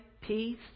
peace